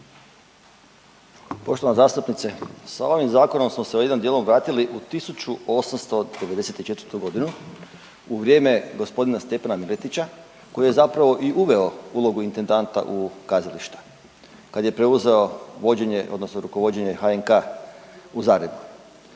Poštovana zastupnice, sa ovim zakonom smo se jednim dijelom vratili u 1894.g. u vrijeme g. Stjepana Miletića koji je zapravo i uveo ulogu intendanta u kazališta kad je preuzeo vođenje odnosno rukovođenje HNK u Zagrebu.